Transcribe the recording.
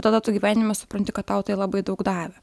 tada tu gyvenime supranti kad tau tai labai daug davė